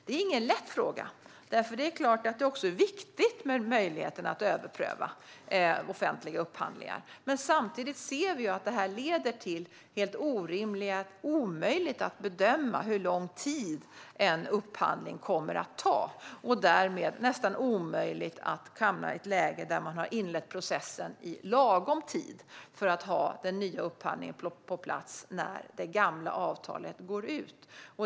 Det här är ingen lätt fråga, för möjligheten att överpröva offentliga upphandlingar är såklart också viktig. Men samtidigt ser vi att detta leder till helt orimliga förhållanden, där det är omöjligt att bedöma hur lång tid en upphandling kommer att ta. Därmed blir det nästan omöjligt att hamna i ett läge där man har inlett processen i lagom tid för att ha den nya upphandlingen på plats när det gamla avtalet går ut.